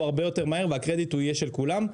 הרבה יותר מהר והקרדיט הוא יהיה של כולם.